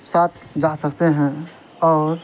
ساتھ جا سکتے ہیں اور